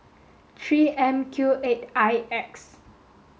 three M Q eight I X